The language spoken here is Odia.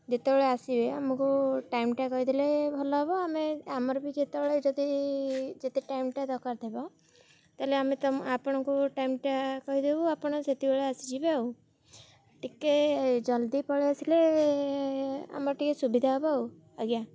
ଯେତେବେଳେ ଆସିବେ ଆମକୁ ଟାଇମଟା କହିଦେଲେ ଭଲ ହେବ ଆମେ ଆମର ବି ଯେତେବେଳେ ଯଦି ଯେତେ ଟାଇମଟା ଦରକାର ଥିବ ତାହେଲେ ଆମେ ତମ ଆପଣଙ୍କୁ ଟାଇମଟା କହିଦେବୁ ଆପଣ ସେତେବେଳେ ଆସିଯିବେ ଆଉ ଟିକେ ଜଲ୍ଦି ପଳେଇଆସିଲେ ଆମର ଟିକେ ସୁବିଧା ହେବ ଆଉ ଆଜ୍ଞା